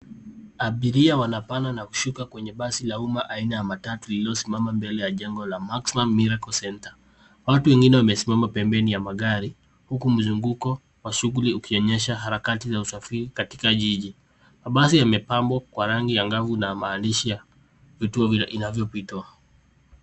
Abiria wanapanda na kushuka kwenye basi la umma aina ya matatu iliyosimama mbele ya jengo la maximum miracle centre . Watu wengine wamesimama pembeni ya magari. Huku mzunguko wa shughuli ukionyesha harakati za usafiri katika jiji. Mabasi yamepambwa kwa rangi ya ngavu namaanisha vituo vinavyopitwa.